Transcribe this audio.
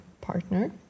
partner